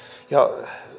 ja